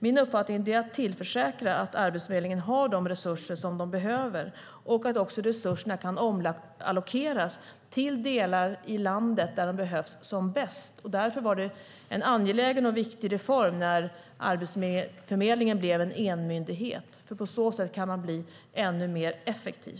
Min uppgift är att tillförsäkra att Arbetsförmedlingen har de resurser som man behöver och att resurserna kan omallokeras till de delar av landet där de behövs bäst. Därför var det en angelägen och viktig reform när Arbetsförmedlingen blev en myndighet, för då kan man bli ännu mer effektiv.